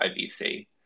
IBC